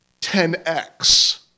10x